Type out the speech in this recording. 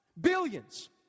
Billions